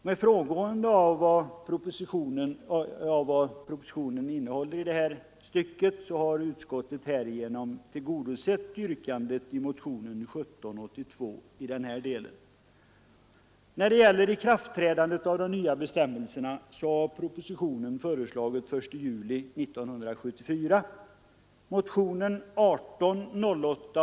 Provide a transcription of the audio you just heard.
Med frångående av vad propositionen innehåller i det här stycket har utskottet härigenom tillgodosett yrkandet i motionen 1782.